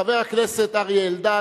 חבר הכנסת אריה אלדד,